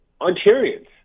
Ontarians